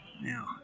Now